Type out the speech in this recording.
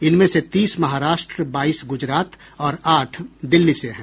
इनमें से तीस महाराष्ट्र बाईस गुजरात और आठ दिल्ली से हैं